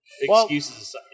excuses